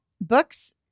books